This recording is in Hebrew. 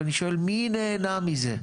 ואני שואל מי נהנה מזה?